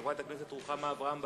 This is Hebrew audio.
חברת הכנסת רוחמה אברהם-בלילא,